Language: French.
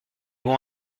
bon